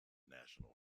national